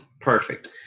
perfect